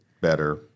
better